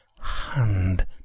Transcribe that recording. hand